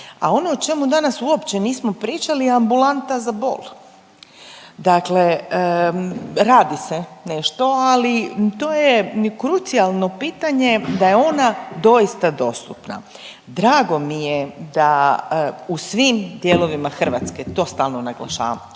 A ono o čemu danas uopće nismo pričali je ambulanta za bol, dakle radi se nešto ali to je krucijalno pitanje da je ona doista dostupna. Drago mi je u svim dijelovima Hrvatske to stalno naglašavam,